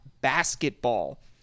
Basketball